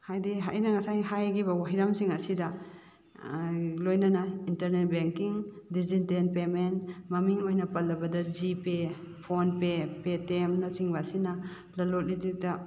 ꯍꯥꯏꯗꯤ ꯑꯩꯅ ꯉꯁꯥꯏ ꯍꯥꯏꯈꯤꯕ ꯍꯤꯔꯝꯁꯤꯡ ꯑꯁꯤꯗ ꯂꯣꯏꯅꯅ ꯏꯟꯇꯔꯅꯦꯠ ꯕꯦꯡꯀꯤꯡ ꯗꯤꯖꯤꯇꯦꯜ ꯄꯦꯃꯦꯟ ꯃꯃꯤꯡ ꯑꯣꯏꯅ ꯄꯜꯂꯕꯗ GPay PhonePe Paytm ꯅꯆꯤꯡꯕ ꯁꯤꯅ ꯂꯂꯣꯟ ꯏꯇꯤꯛꯇ